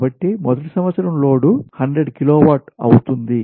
కాబట్టి మొదటి సంవత్సరం లోడ్ 100 కిలోవాట్ అవుతుంది